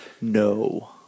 No